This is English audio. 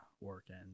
working